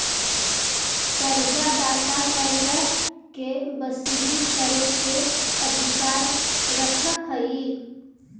कर्जा दाता कर्जा के वसूली करे के अधिकार रखऽ हई